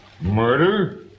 Murder